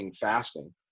fasting